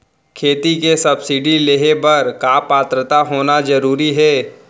खेती के सब्सिडी लेहे बर का पात्रता होना जरूरी हे?